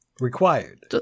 Required